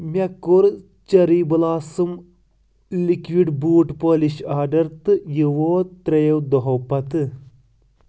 مےٚ کوٚر cherry blossom liquid boot polish order تہٕ یہِ ووت ترٛیٚیو دوٚہو پتہٕ